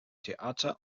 theater